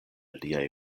liaj